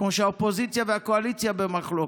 כמו שהאופוזיציה והקואליציה במחלוקת,